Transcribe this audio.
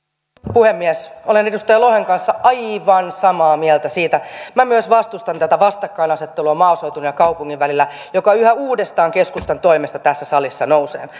puhemies olen edustaja lohen kanssa aivan samaa mieltä siinä että minä myös vastustan tätä vastakkainasettelua maaseudun ja kaupungin välillä joka yhä uudestaan keskustan toimesta tässä salissa nousee